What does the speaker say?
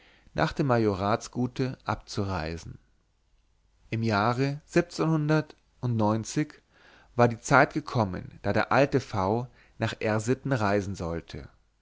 nach dem majoratsgute abzureisen im jahre war die zeit gekommen daß der alte v nach r sitten reisen sollte